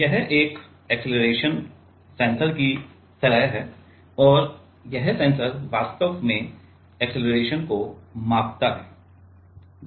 यह एक acceleration sensor की तरह है और यह सेंसर वास्तव में अक्सेलरेशन को मापता है